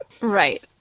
Right